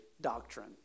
doctrine